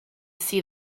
see